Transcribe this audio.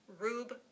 Rube